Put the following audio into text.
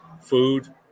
food